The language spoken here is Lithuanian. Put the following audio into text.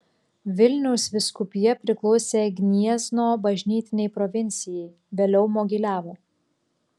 vilniaus vyskupija priklausė gniezno bažnytinei provincijai vėliau mogiliavo